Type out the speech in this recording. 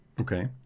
Okay